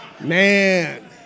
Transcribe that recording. Man